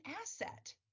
asset